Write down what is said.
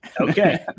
Okay